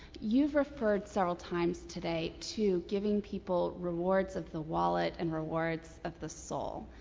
you've referred several times today to giving people rewards of the wallet and rewards of the soul.